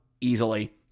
easily